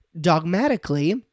dogmatically